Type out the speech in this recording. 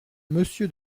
monsieur